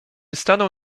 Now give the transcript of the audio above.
stanął